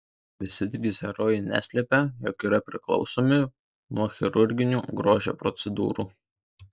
visi trys herojai neslepia jog yra priklausomi nuo chirurginių grožio procedūrų